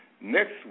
next